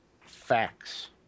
facts